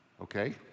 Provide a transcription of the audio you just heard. Okay